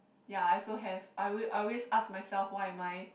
ya I also have I alway always ask myself why am I